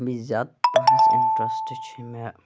بیٚیہِ زیادٕ اِنٹرسٹ چھُ مےٚ